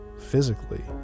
physically